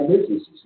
businesses